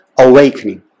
awakening